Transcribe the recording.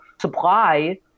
supply